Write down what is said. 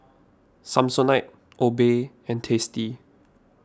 Samsonite Obey and Tasty